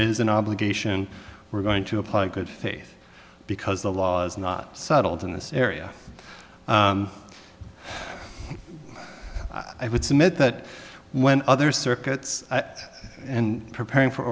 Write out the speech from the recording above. is an obligation we're going to apply good faith because the law is not settled in this area i would submit that when other circuits and preparing for